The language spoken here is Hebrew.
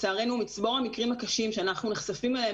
לצערנו מצבור המקרים הקשים שאנחנו נחשפים אליהם